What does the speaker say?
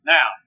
Now